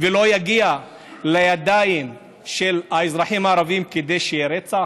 ולא יגיע לידיים של האזרחים הערבים כדי שיהיה רצח?